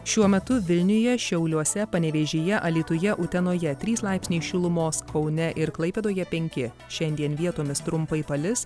šiuo metu vilniuje šiauliuose panevėžyje alytuje utenoje trys laipsniai šilumos kaune ir klaipėdoje penki šiandien vietomis trumpai palis